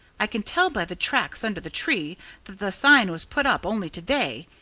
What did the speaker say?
i can tell by the tracks under the tree that the sign was put up only to-day.